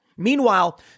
Meanwhile